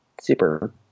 super